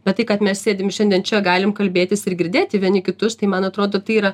bet tai kad mes sėdim šiandien čia galim kalbėtis ir girdėti vieni kitus tai man atrodo tai yra